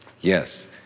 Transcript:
yes